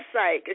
website